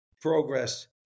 progress